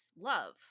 love